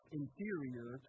inferior